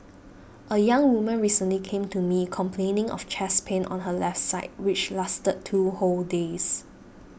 a young woman recently came to me complaining of chest pain on her left side which lasted two whole days